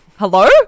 hello